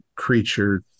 Creature